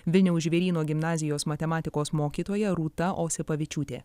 vilniaus žvėryno gimnazijos matematikos mokytoja rūta osipavičiūtė